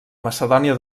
macedònia